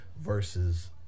versus